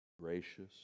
Gracious